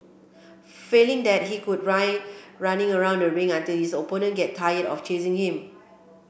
failing that he could run running around the ring until his opponent get tired of chasing him